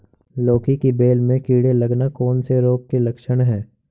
लौकी की बेल में कीड़े लगना कौन से रोग के लक्षण हैं?